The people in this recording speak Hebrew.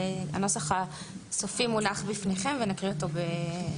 הנוסח הסופי מונח בפניכם ונקריא אותו שוב.